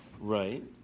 Right